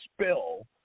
spill